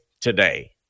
today